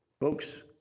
Folks